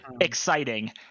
exciting